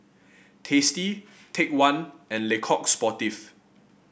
Tasty Take One and Le Coq Sportif